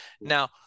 now